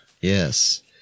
Yes